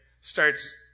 starts